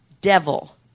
devil